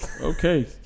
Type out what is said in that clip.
Okay